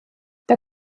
der